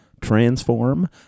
transform